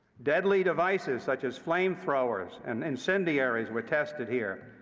deadly devices, such as flamethrowers and incendiaries, were tested here,